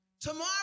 Tomorrow